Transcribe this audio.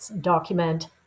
document